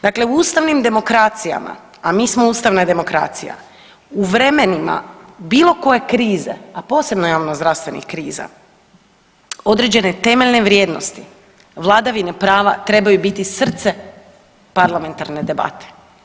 Dakle, u ustavnim demokracijama, a mi smo ustavna demokracija u vremenima bilo koje krize, a posebno javnozdravstvenih kriza određene temeljne vrijednosti vladavine prava trebaju biti srce parlamentarne debate.